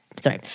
Sorry